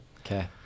Okay